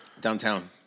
Downtown